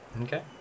Okay